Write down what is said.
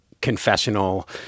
confessional